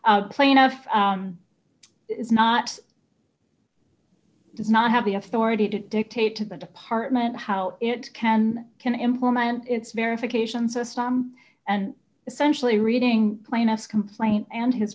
so plaintiff is not does not have the authority to dictate to the department how it can can implement its verification system and essentially reading plaintiff's complaint and his